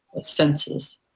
senses